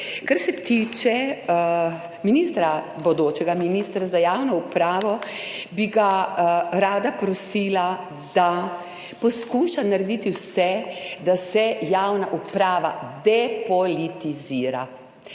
Kar se tiče ministra, bodočega ministra za javno upravo, bi ga rada prosila, da poskuša narediti vse, da se javna uprava depolitizira.